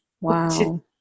Wow